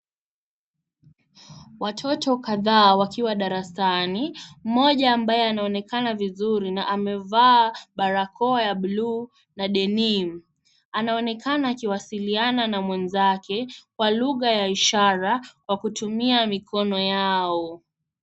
Watoto kadhaa wakiwa darasani, mmoja ambaye anaonekana vizuri na amevaa barakoa ya bluu na denim , anaonekana akiwasiliana na mwenzake kwa lugha ya ishara kwa kutumia mikono yao.